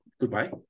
goodbye